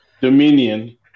Dominion